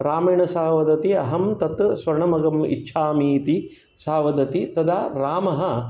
रामेण सा वदति अहं तत् स्वर्णमृगम् इच्छामि इति सा वदति तदा रामः